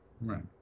Right